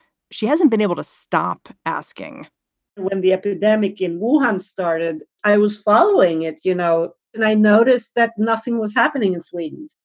she hasn't been able to stop asking when the epidemic in war has started i was following it, you know, and i noticed that nothing was happening in sweden.